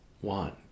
one